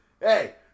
hey